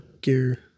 gear